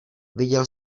viděl